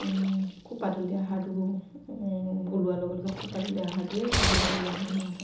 আহাৰটো ওলোৱাৰ লগে লগে আহাৰটোৱে দিবলগীয়া হয় সিহঁতক